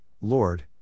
Lord